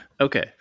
Okay